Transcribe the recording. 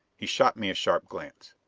he shot me a sharp glance.